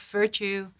virtue